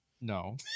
no